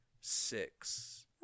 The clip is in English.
six